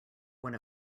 one